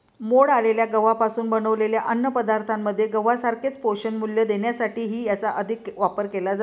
मोड आलेल्या गव्हापासून बनवलेल्या अन्नपदार्थांमध्ये गव्हासारखेच पोषणमूल्य देण्यासाठीही याचा अधिक वापर केला जातो